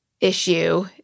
issue